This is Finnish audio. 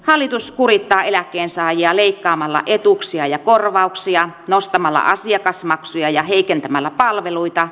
hallitus kurittaa eläkkeensaajia leikkaamalla etuuksia ja korvauksia nostamalla asiakasmaksuja ja heikentämällä palveluita